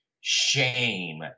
shame